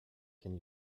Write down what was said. can